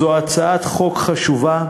זו הצעת חוק חשובה,